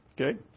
Okay